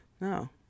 no